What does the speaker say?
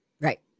Right